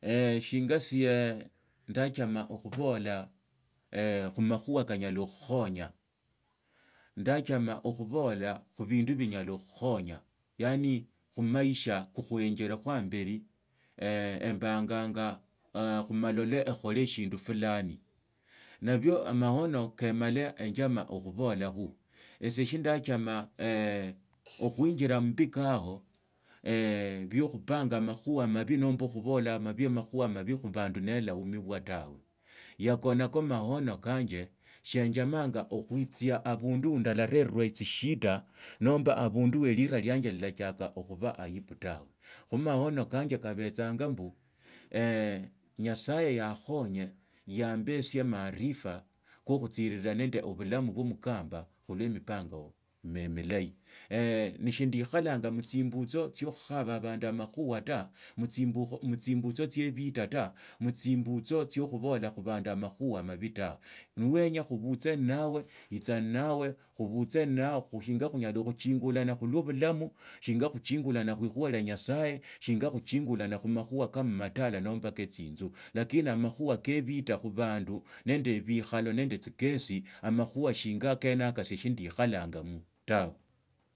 Shinya sie ndaachama okhubula khumakhuha kanyala khukhukhonya ndaachama okhubola khubindu binyala khukhonya vaani khumaisha ya khuengitekho ambeli embaanyanga khumaisha ekhale shindu fulani nabia amaono keenjama ekhubolakhu esie slindaachama okhuinjila mubikao bio khupanga amakhuha amabinomba ekhubula nmaba nomba khubola amabi khubandu neelamibwa yawa yako nako amaona kanje kabetsenga mbu nyasaye yaakhanye unaambesie amaarifa kwa khutsiriraa nande obutaim kw mukamba khulwa emapanya nee milahi nesindiikholanda mutsimbutsa tsie ebita ta mutsi mbutsa tsio khubola obandu amakhuha amabi ta nowenya khubutse nnawe itsa nnawe shinga khunyala khuchingula khu likuba lia nyasaye shinga khuchingulana khumakhuba ka mmalala nomba ke tsimzu lakini amakhuba ke viba khubandu nende biikhala nende tsikesi amakhuha shinga okena yako esi shindikhalangamo tawe.